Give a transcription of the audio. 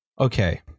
Okay